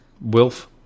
Wolf